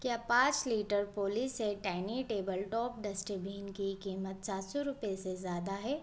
क्या पाँच litre Polyset tiny table top dustbin की कीमत सात सौ रुपए से ज़्यादा है